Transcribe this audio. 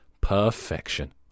perfection